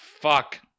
fuck